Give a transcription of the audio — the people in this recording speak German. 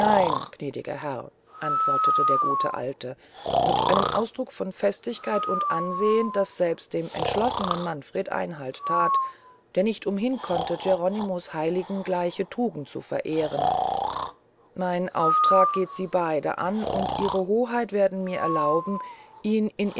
herr antwortete der gute alte mit einem ausdruck von festigkeit und ansehn das selbst dem entschlossenen manfred einhalt that der nicht umhin konnte geronimo's heiligen gleiche tugenden zu verehren mein auftrag geht sie beyde an und ihre hoheit werden mir erlauben ihn in